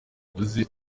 uvuze